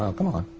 so come on,